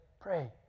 pray